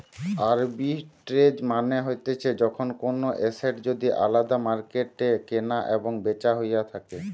arbitrage মানে হতিছে যখন কোনো এসেট যদি আলদা মার্কেটে কেনা এবং বেচা হইয়া থাকে